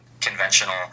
conventional